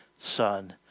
Son